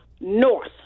north